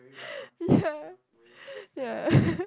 yeah yeah